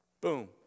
Boom